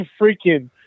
freaking